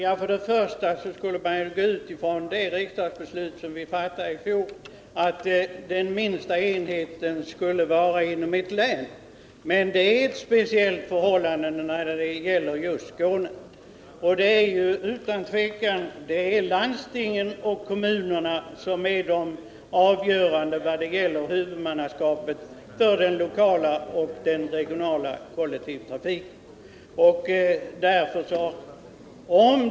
Herr talman! Bl. a. skulle man utgå från det riksdagsbeslut vi fattade i fjol om att den minsta enheten skulle vara ett län. Men det råder speciella förhållanden i Skåne. Det är utan tvivel landstingen och kommunerna som bör fatta de avgörande besluten när det gäller huvudmannaskapet för den regionala och den lokala kollektivtrafiken.